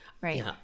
Right